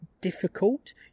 difficult